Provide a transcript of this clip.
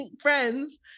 friends